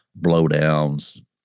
blowdowns